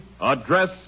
Address